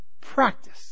Practice